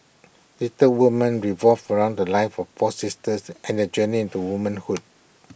Little Woman revolves around the lives of four sisters and their journey into womanhood